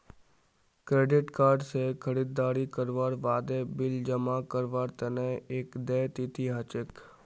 credit card स खरीददारी करवार बादे बिल जमा करवार तना एक देय तिथि ह छेक